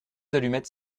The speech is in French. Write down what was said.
allumettes